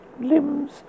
limbs